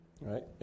Right